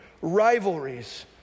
rivalries